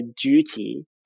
duty